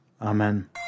Amen